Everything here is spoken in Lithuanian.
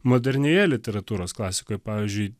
modernioje literatūros klasikoje pavyzdžiui